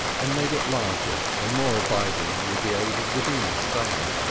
and made it larger and more abiding with the aid of the dinghy's sail.